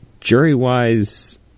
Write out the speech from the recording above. Jury-wise